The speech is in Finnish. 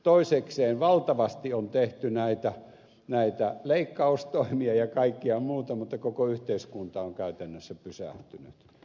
toisekseen valtavasti on tehty näitä leikkaustoimia ja kaikkea muuta mutta koko yhteiskunta on käytännössä pysähtynyt